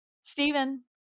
Stephen